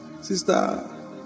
sister